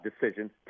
decision